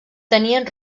tenien